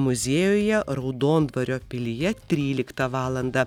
muziejuje raudondvario pilyje tryliktą valandą